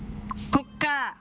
కుక్క